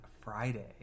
Friday